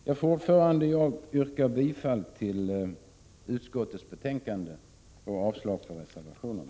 Jag yrkar bifall till utskottets hemställan och avslag på reservationerna.